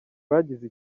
bagize